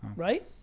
right?